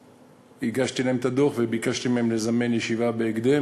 הגשתי להם את הדוח וביקשתי מהם לזמן ישיבה בהקדם